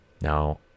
Now